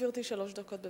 שלוש דקות.